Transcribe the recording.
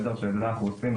שאת זה אנחנו עושים.